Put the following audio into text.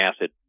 acid